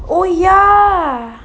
oh ya